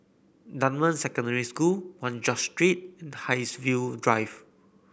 Dunman Secondary School One George Street and Haigsville Drive